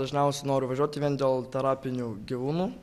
dažniausiai nori važiuoti vien dėl terapinių gyvūnų